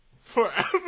Forever